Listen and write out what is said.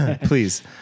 please